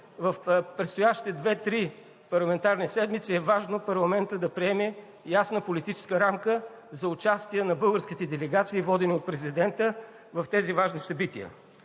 в предстоящите две-три парламентарни седмици е важно парламентът да приеме ясна политическа рамка за участие на българските делегации, водени от президента, в тези важни събития.